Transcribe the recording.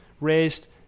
raised